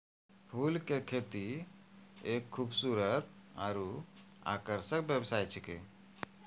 फूल के खेती एक खूबसूरत आरु आकर्षक व्यवसाय छिकै